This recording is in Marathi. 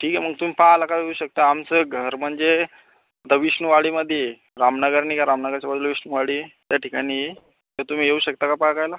ठीक आहे मग तुम्ही पाहायला का येऊ शकता आमचं घर म्हणजे द विष्णू वाडीमध्ये आहे रामनगर नाही का रामनगरच्या बाजूला विष्णू वाडी त्या ठिकाणी तर तुम्ही येऊ शकता का पाहायला